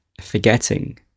forgetting